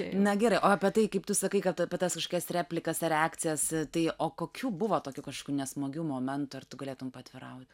na gerai o apie tai kaip tu sakai kad apie tas kažkokias replikas ar reakcijas tai o kokių buvo tokių kažkokių nesmagių momentų ar tu galėtum paatviraut